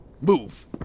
Move